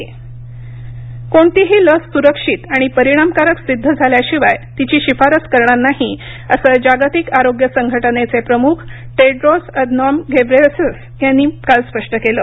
corona लस कोणतीही लस सुरक्षित आणि परिणामकारक सिद्ध झाल्याशिवाय तिची शिफारस करणार नाही असं जागतिक आरोग्य संघटनेचे प्रमुख टेड्रोस अधनॉम घेब्रेयेसस यांनी काल स्पष्ट केलं